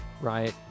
Riot